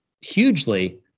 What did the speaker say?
hugely